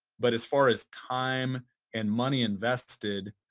but as far as time and money invested,